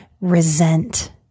resent